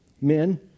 Men